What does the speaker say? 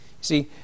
see